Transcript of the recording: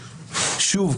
שוב,